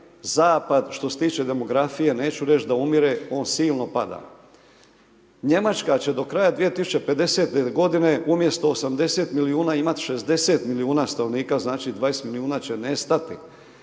zapad što se tiče demografije, neću reći da umire, on silno pada. Njemačka će do kraja 2050. g. umjesto 80 milijuna imati 60 milijuna stanovnika, znači 20 milijuna će nestati.